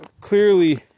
Clearly